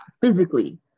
physically